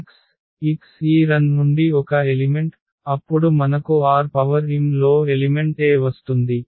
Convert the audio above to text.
x x ఈ Rn నుండి ఒక ఎలిమెంట్ అప్పుడు మనకు Rm లో ఎలిమెంట్ a వస్తుంది